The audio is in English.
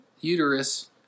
uterus